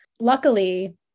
Luckily